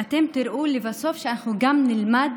אנחנו גם נלמד